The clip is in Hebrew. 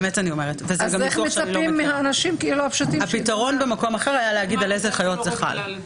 במקום אחר הפתרון היה להגיד על איזה חיות זה חל.